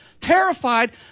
terrified